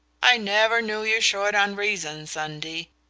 i never knew you short on reasons, undie.